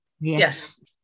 Yes